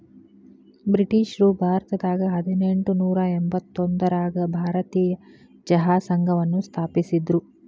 ಬ್ರಿಟಿಷ್ರು ಭಾರತದಾಗ ಹದಿನೆಂಟನೂರ ಎಂಬತ್ತೊಂದರಾಗ ಭಾರತೇಯ ಚಹಾ ಸಂಘವನ್ನ ಸ್ಥಾಪಿಸಿದ್ರು